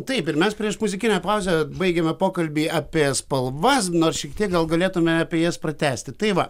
taip ir mes prieš muzikinę pauzę baigėme pokalbį apie spalvas nors šiek tiek gal galėtume apie jas pratęsti tai va